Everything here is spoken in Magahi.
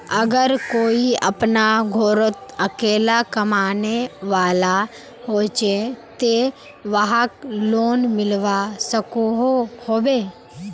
अगर कोई अपना घोरोत अकेला कमाने वाला होचे ते वाहक लोन मिलवा सकोहो होबे?